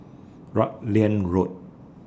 Rutland Road